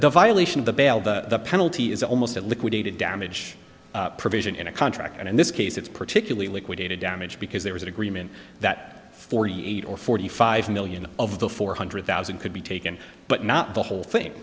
the violation of the bail the penalty is almost a liquidated damage provision in a contract and in this case it's particularly liquidated damage because there was an agreement that forty eight or forty five million of the four hundred thousand could be taken but not the whole thing